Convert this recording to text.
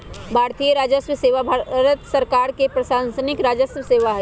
भारतीय राजस्व सेवा भारत सरकार के प्रशासनिक राजस्व सेवा हइ